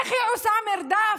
איך היא עושה מרדף,